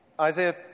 Isaiah